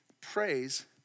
praise